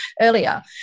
earlier